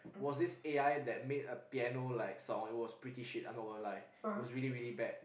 was this A_I that made a like piano song it was pretty shit I'm not gonna lie it was really really bad